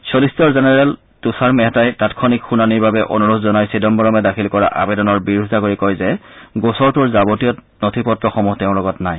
solicitor general তৃষাৰ মেহতাই তৎক্ষণিক শুনানিৰ বাবে অনুৰোধ জনাই চিদাম্বৰমে দাখিল কৰা আবেদনৰ বিৰোধিতা কৰি কয় যে গোচৰটোৰ যাৱতীয় নথিপত্ৰসমূহ তেওঁৰ লগত নাই